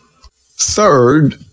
Third